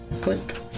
Click